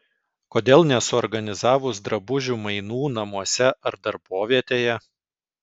kodėl nesuorganizavus drabužių mainų namuose ar darbovietėje